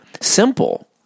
simple